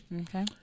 Okay